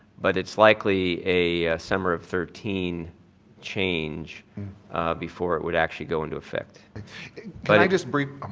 but it's likely a summer of thirteen change before it would actually go in to affect. can i just um